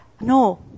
No